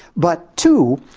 but two,